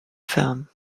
film